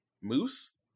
moose